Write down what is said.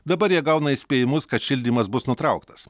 dabar jie gauna įspėjimus kad šildymas bus nutrauktas